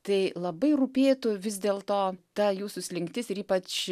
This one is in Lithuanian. tai labai rūpėtų vis dėlto ta jūsų slinktis ir ypač